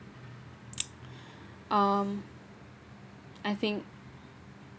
um I think